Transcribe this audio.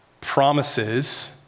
promises